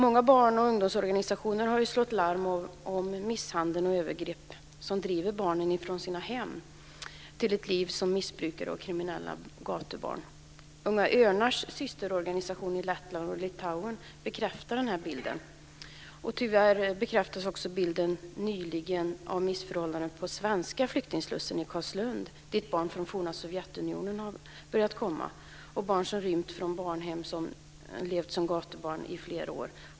Många barn och ungdomsorganisationer har slagit larm om misshandel och övergrepp som driver barnen från sina hem till ett liv som missbrukare och kriminella gatubarn. Unga Örnars systerorganisation i Lettland och Litauen bekräftar den bilden. Tyvärr bekräftades bilden nyligen av missförhållanden på den svenska flyktingslussen i Carlslund dit barn från forna Sovjetunionen har börjat komma. Det är barn som rymt från barnhem och levt som gatubarn i flera år.